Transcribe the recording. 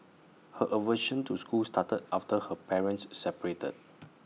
her aversion to school started after her parents separated